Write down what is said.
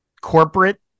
corporate